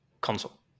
Console